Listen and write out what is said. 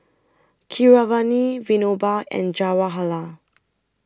Keeravani Vinoba and Jawaharlal